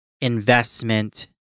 investment